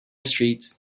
street